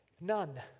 None